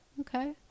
Okay